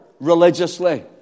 religiously